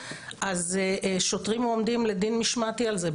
אז שוטרים עומדים לדין משמעתי על זה,